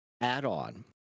add-on